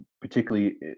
particularly